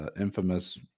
infamous